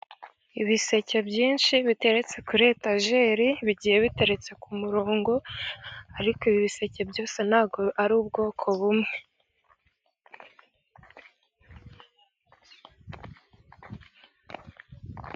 Ibiseke byinshi biteretse kuri etajeri, bigiye biteretse ku murongo, ariko ibi biseke byose ntabwo ari ubwoko bumwe.